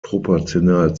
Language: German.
proportional